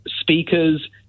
speakers